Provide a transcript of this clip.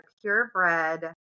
purebred